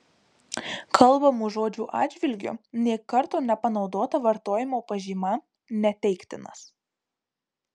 kalbamų žodžių atžvilgiu nė karto nepanaudota vartojimo pažyma neteiktinas